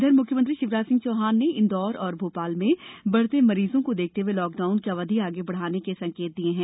इधर मुख्यमंत्री शिवराज सिंह चौहान ने इंदौर और भोपाल में बढ़ते मरीजों को देखते हुए लॉकडाउन की अवधि आगे बढ़ाने के संकेत दिये हैं